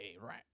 right